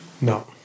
No